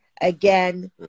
again